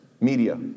media